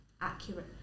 accurate